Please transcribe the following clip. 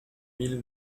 mille